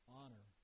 honor